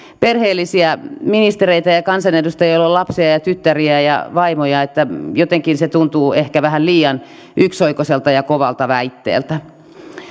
perheellisiä ministereitä ja ja kansanedustajia joilla on lapsia ja ja tyttäriä ja vaimoja niin että jotenkin se tuntuu ehkä vähän liian yksioikoiselta ja kovalta väitteeltä